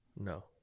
No